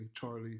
charlie